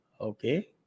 Okay